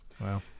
Wow